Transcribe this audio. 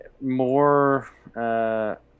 more –